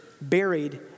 buried